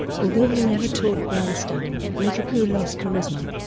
although he never taught bernstein, mitropoulos's charisma